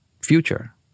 future